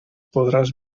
podràs